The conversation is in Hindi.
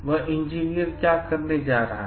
वह इंजीनियर क्या करने जा रहा है